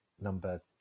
number